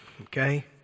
Okay